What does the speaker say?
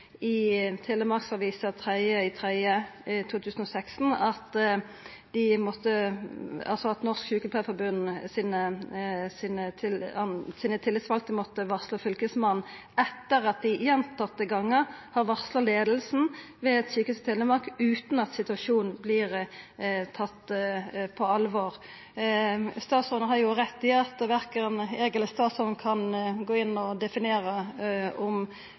Telemarksavisa den 3. mars 2016 at dei tillitsvalde i Norsk Sykepleierforbund måtte varsla Fylkesmannen etter at dei gjentatte gonger hadde varsla leiinga ved Sykehuset Telemark utan at situasjonen vart tatt på alvor. Statsråden har rett i at verken eg eller statsråden kan gå inn og definera